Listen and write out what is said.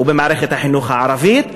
ובמערכת החינוך הערבית,